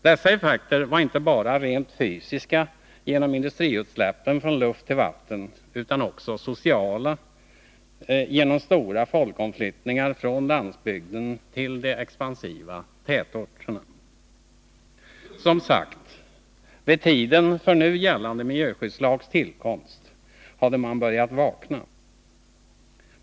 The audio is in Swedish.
Dessa effekter var inte bara rent fysiska, genom industriutsläppen till luft och ' vatten, utan också sociala, genom stora folkomflyttningar från landsbygden till de expansiva tätorterna. Som sagt, vid tiden för nu gällande miljöskyddslags tillkomst hade man börjat vakna.